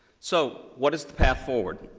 so what is the path forward?